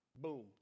boom